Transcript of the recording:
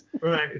right